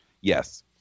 Yes